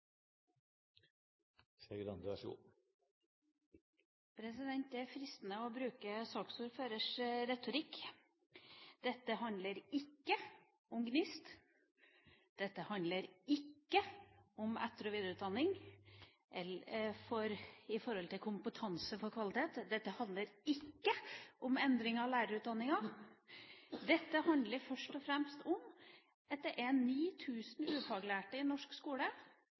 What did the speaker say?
skole. Så får vi se hva regjeringsalternativet blir etter neste høst. Det er fristende å bruke saksordførerens retorikk. Dette handler ikke om GNIST. Dette handler ikke om etter- og videreutdanning for å oppnå kompetanse og kvalitet. Dette handler ikke om endring av lærerutdanninga. Dette handler først og fremst om at det er 9 000 ufaglærte i norsk skole